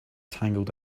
tangled